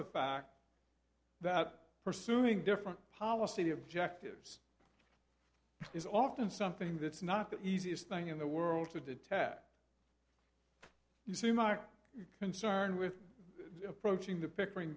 the fact that pursuing different policy objectives is often something that's not the easiest thing in the world to detect you seem are concerned with approaching the picturing